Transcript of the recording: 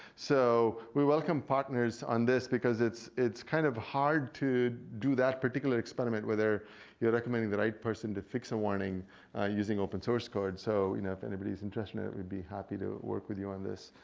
so we welcome partners on this because it's it's kind of hard to do that particular experiment, whether you're recommending the right person to fix a warning using open source code. so you know if anybody's interested in that, we'd be happy to work with you on this.